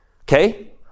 Okay